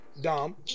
Dom